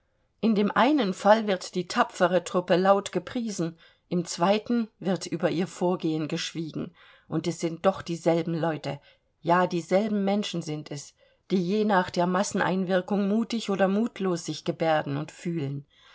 in dem einen fall wird die tapfere truppe laut gepriesen im zweiten wird über ihr vorgehen geschwiegen und es sind doch dieselben leute ja dieselben menschen sind es die je nach der masseneinwirkung mutig oder mutlos sich gebärden und fühlen